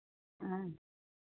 हाँ